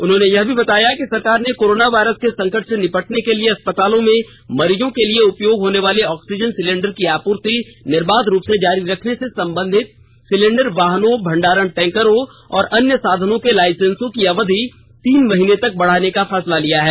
उन्होंने ये भी बताया कि सरकार ने कोरोना वायरस के संकट से निपटने के लिए अस्पतालों में मरीजों के लिए उपयोग होने वाले ऑक्सीजन सिलिंडर की आपूर्ति निर्बाध रूप से जारी रखने से संबंधित वाहनों भंडारण टैंकरों और अन्य साधनों के लाइसेंस की अवधि तीन महीने तक बढ़ाने का फैसला लिया है